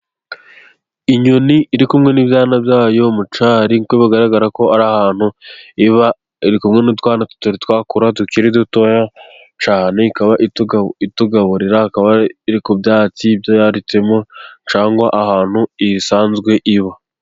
Inyoni iri kumwe n'ibyana byayo mu cyari, kuko bigaragara ko ari ahantu iba, iri kumwe n'utwana tutari twakura tukiri dutoya cyane, ikaba itugaburira iri ku byatsi yaritsemo cyangwa ahantu isanzwe iba.